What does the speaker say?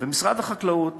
משרד החקלאות